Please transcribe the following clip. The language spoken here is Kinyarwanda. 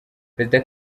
perezida